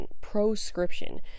Proscription